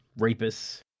rapists